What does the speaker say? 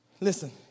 Listen